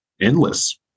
endless